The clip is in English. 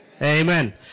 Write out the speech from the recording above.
Amen